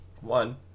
one